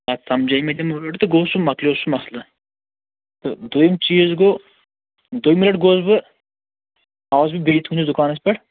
پتہٕ سمجھأے مےٚ تِم أڈۍ تہٕ گوٚو سُہ مۅکلیٛو سُہ مسلہٕ تہٕ دوٚیِم چیٖز گوٚو دوٚیمہِ لٹہِ گوس بہٕ آس بیٚیہِ بہٕ تُہٕنٛدِس دُکانس پیٚٹھ